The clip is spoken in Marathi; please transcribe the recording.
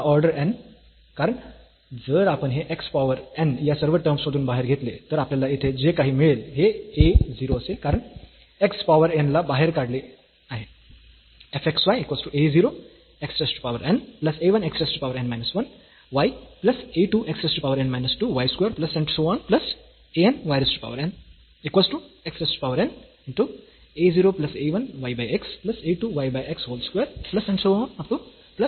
का ऑर्डर n कारण जर आपण हे x पॉवर n या सर्व टर्म्स मधून बाहेर घेतले तर आपल्याला येथे जे काही मिळेल हे a 0 असेल कारण x पॉवर n ला आपण बाहेर काढले आहे